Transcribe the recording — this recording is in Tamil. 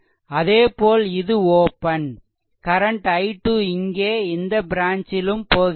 அதேபோல் இது ஓப்பன் கரண்ட் i2 இங்கே இந்த ப்ரான்ச்சிலும் போகிறது